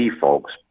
folks